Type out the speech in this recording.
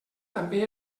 també